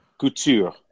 Couture